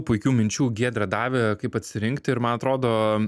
puikių minčių giedrė davė kaip atsirinkti ir man atrodo